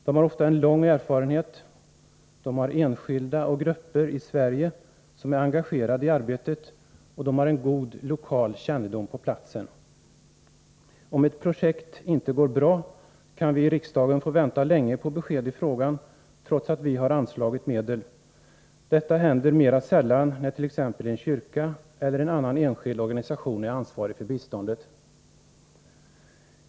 De har ofta en lång erfarenhet, de har enskilda och grupper i Sverige som är engagerade i arbetet, och de har god lokal kännedom. Om ett projekt inte går bra kan vi i riksdagen få vänta länge på besked i frågan, trots att vi har anslagit medel. Detta händer mera sällan när t.ex. en kyrka eller en annan enskild organisation är ansvarig för biståndet.